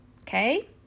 Okay